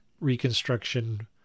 reconstruction